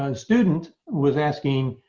um student was asking,